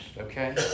okay